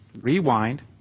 rewind